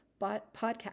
podcast